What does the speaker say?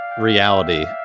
reality